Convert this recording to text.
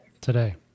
Today